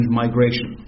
migration